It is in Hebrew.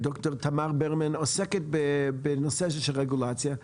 ד"ר תמר ברמן שעוסקת בנושא של רגולציה.